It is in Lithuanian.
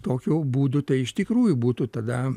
tokiu būdu tai iš tikrųjų būtų tada